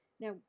Now